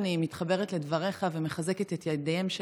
אני מתחברת לדבריך ומחזקת את ידיהם של